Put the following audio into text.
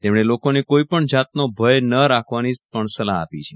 તેમણે લોકોને કોઇપણ જાતનો ભય ન રાખવાની પણ સલાહ આપી છે